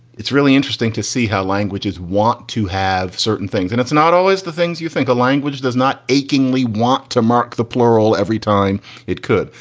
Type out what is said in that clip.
it's really interesting to see how languages want to have certain things. and it's not always the things you think a language does not achingly want to mark the plural every time it could.